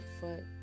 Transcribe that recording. foot